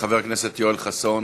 חבר הכנסת יואל חסון,